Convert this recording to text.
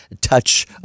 touch